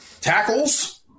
tackles